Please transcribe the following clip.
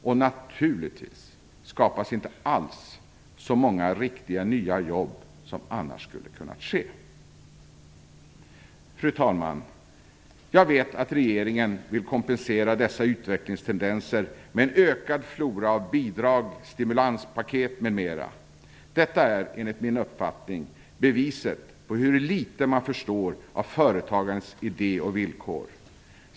Och naturligtvis skapas inte alls så många riktiga nya jobb som annars skulle kunnat ske. Fru talman! Jag vet att regeringen vill kompensera dessa utvecklingstendenser med en ökad flora av bidrag, stimulanspaket, m.m. Detta är enligt min uppfattning beviset på hur litet man förstår av företagandets idé och villkor.